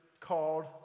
called